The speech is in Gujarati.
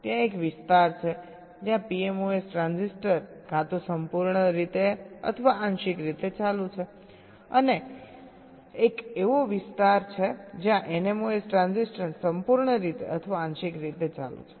ત્યાં એક વિસ્તાર છે જ્યાં PMOS ટ્રાન્ઝિસ્ટર કાં તો સંપૂર્ણ રીતે અથવા આંશિક રીતે ચાલુ છે અને એક એવો વિસ્તાર છે જ્યાં NMOS ટ્રાન્ઝિસ્ટર સંપૂર્ણ રીતે અથવા આંશિક રીતે ચાલુ છે